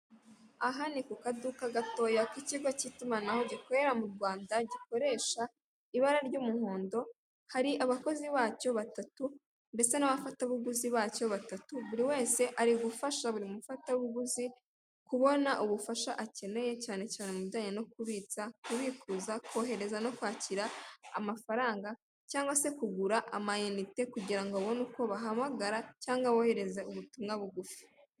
Aha ni ku kaduka gatoya k'ikigo cy'itumanaho gikorera mu Rwanda gikoresha ibara ry'umuhondo, hari abakozi bacyo batatu ndetse n'abafatabuguzi bacyo batatu buri wese ari gufasha buri mufatabuguzi kubona ubufasha akeneye cyane cyane mu bijyanye no kubitsa, kubikuza, kohereza no kwakira amafaranga cyangwa se kugura amayinite kugira ngo abone uko bahamagara cyangwa bohereza ubutumwa bugufi.